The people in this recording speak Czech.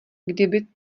kdyby